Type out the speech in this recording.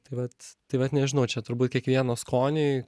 tai vat tai vat nežinau čia turbūt kiekvieno skoniui